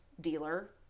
dealer